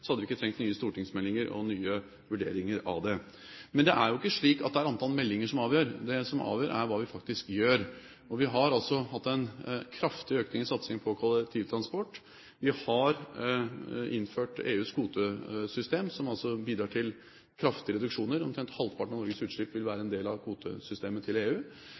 hadde vi ikke trengt nye stortingsmeldinger og nye vurderinger av dette. Men det er jo ikke slik at det er antall meldinger som avgjør. Det som avgjør, er hva vi faktisk gjør. Vi har altså hatt en kraftig økning i satsingen på kollektivtransport. Vi har innført EUs kvotesystem, som bidrar til kraftige reduksjoner – omtrent halvparten av Norges utslipp vil være en del av kvotesystemet til EU.